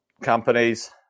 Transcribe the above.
companies